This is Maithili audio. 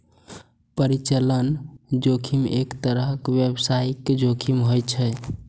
परिचालन जोखिम एक तरहक व्यावसायिक जोखिम होइ छै